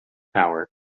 power